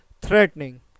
threatening